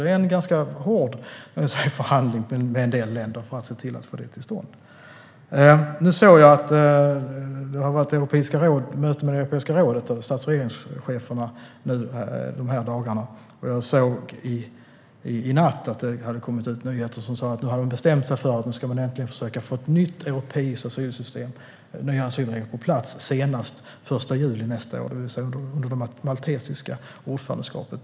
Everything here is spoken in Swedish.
Det är en ganska hård förhandling med en del länder för att man ska få detta till stånd. Det har i dagarna varit möte mellan stats och regeringscheferna i Europeiska rådet. Jag såg i natt att det hade kommit nyheter om att de hade bestämt sig för att äntligen försöka få ett nytt europeiskt asylsystem och nya asylregler på plats senast den 1 juli nästa år, det vill säga under det maltesiska ordförandeskapet.